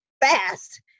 fast